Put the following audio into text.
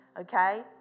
okay